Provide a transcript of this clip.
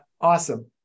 Awesome